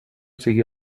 sigui